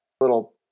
little